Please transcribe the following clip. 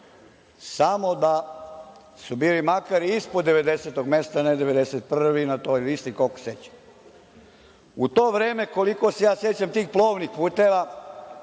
samo da su bili makar ispod 90. mesta, a ne 91. na toj listi.U to vreme, koliko se ja sećam tih plovnih puteva,